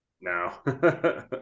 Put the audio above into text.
No